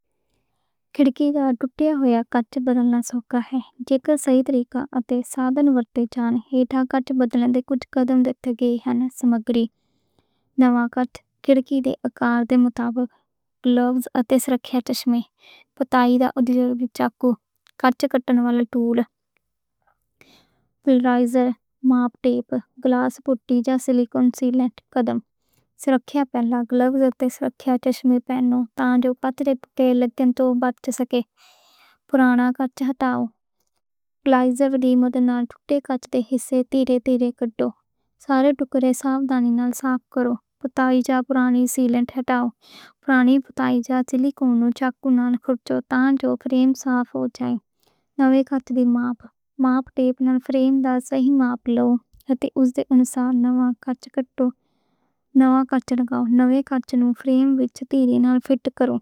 کھڑکی دا ٹُٹیا ہویا کانچ بدلنا سوکھا ہے۔ جے کر صحیح طریقہ اتے سامان ورتے جاون، ایہ کانچ بدلن دے کٹّ کڈّن لئی دِقتاں گھٹندے ہن۔ سامگری نواں کانچ کھڑکی دے اکار دے مطابق، گلووز اتے سرکھیا عینکاں، پٹی دا چاکو اتے کٹّر۔ پلایر، ماپ ٹیپ، گلاس پُٹی یا سلِکون سیلنٹ گن۔ سرکھیا پہلاں گلووز اتے عینکاں پاو تاں کہ ریزے نوں آنکھاں توں بچا سکیا جاوے۔ پرانا کانچ ہٹاؤ، پلایر دے نال ٹُٹے کانچ دے حصے نوں احتیاط نال کڈّو۔ سارے ٹُکڑے ساودھان نال صاف کرو۔ پٹّی جاں پرانی سیل ہٹاؤ۔ پرانی پٹّی یا سلِکون نوں کھرچو تاں جو فریم صاف ہو جاوے۔ نویں کانچ لئی ماپ، ماپ ٹیپ نال فریم دی صحیح ماپ لو۔ اس دے انوسار نواں کانچ کاٹو، نواں کانچ نال فریم وچ دھر کے نال فِٹ کرو۔